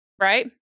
Right